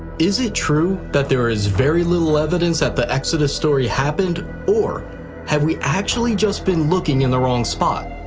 is it true that there is very little evidence that the exodus story happened or have we actually just been looking in the wrong spot?